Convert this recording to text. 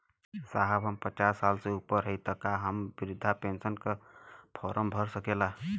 साहब हम पचास साल से ऊपर हई ताका हम बृध पेंसन का फोरम भर सकेला?